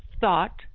thought